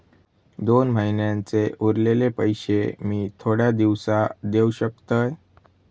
दोन महिन्यांचे उरलेले पैशे मी थोड्या दिवसा देव शकतय?